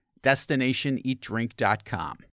destinationeatdrink.com